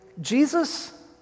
Jesus